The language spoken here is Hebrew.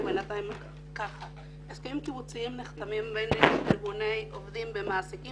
הסכמים קיבוציים נחתמים בין עובדים למעסיקים